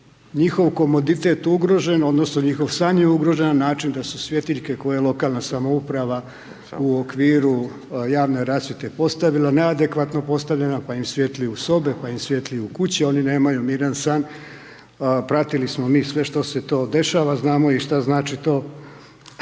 njihov komoditet ugrožen odnosno njihov san je ugrožen na način da su svjetiljke koje je lokalna samouprava u okviru javne rasprave postavila, neadekvatno postavljena, pa im svijetli u sobe, pa im svijetli u kuće, oni nemaju miran san. Pratili smo mi sve što se to dešava, znamo i šta znači to